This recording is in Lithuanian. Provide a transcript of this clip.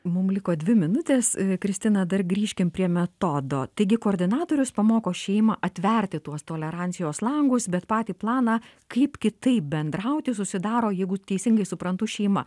mum liko dvi minutės kristina dar grįžkim prie metodo taigi koordinatorius pamoko šeimą atverti tuos tolerancijos langus bet patį planą kaip kitaip bendrauti susidaro jeigu teisingai suprantu šeima